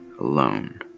alone